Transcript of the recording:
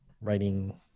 writing